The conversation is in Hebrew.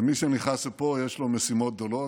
ומי שנכנס לפה, יש לו משימות גדולות.